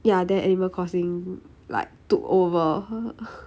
ya then animal crossing like took over her